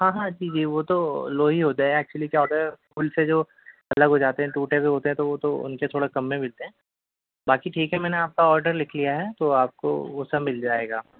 ہاں ہاں جی جی وہ تو لو ہی ہوتا ہے ایکچولی کیا ہوتا ہے اُن سے جو الگ ہو جاتے ہیں ٹوٹے ہوئے ہوتے ہیں تو وہ تو اُن سے تھوڑا کم میں ملتے ہیں باقی ٹھیک ہے میں نے آپ کا آرڈر لِکھ لیا ہے تو آپ کو وہ سب مِل جائے گا